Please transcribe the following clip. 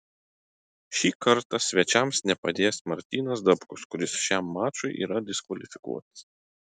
šį kartą svečiams nepadės martynas dapkus kuris šiam mačui yra diskvalifikuotas